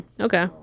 Okay